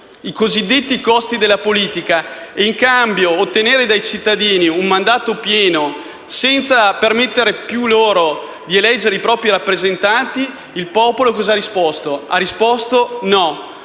i cosiddetti costi della politica e in cambio ottenere dai cittadini un mandato pieno senza permettere più loro di eleggere i propri rappresentanti, il popolo ha risposto di